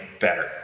better